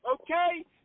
Okay